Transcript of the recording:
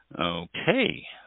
Okay